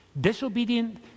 disobedient